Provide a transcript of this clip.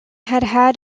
had